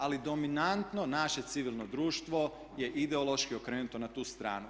Ali dominantno naše civilno društvo je ideološki okrenuto na tu stranu.